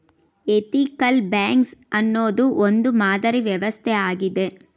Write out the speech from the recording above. ethical banks ಅನ್ನೋದು ಒಂದು ಮಾದರಿ ವ್ಯವಸ್ಥೆ ಆಗಿದೆ